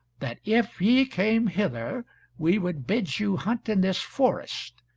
that if ye came hither we would bid you hunt in this forest,